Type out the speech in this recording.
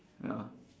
ya